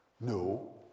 No